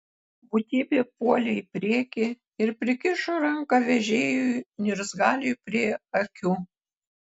būtybė puolė į priekį ir prikišo ranką vežėjui niurzgaliui prie akių